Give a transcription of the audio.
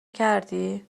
کردی